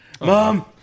Mom